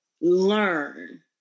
learn